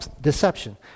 deception